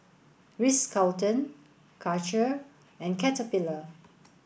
Ritz Carlton Karcher and Caterpillar